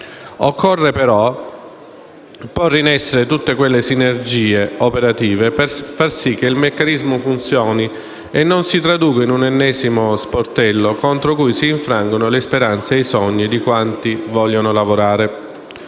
Occorre però porre in essere le sinergie operative necessarie a far sì che il meccanismo funzioni e non si traduca in un ennesimo sportello contro cui si infrangono le speranze e i sogni di quanti vogliono lavorare.